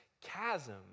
chasm